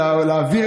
לא תגיע,